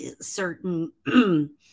certain